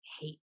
hate